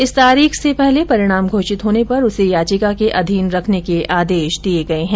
इस तारीख से पहले परिणाम घोषित होने पर उसे याचिका के अधीन रखने के आदेश दिए गए हैं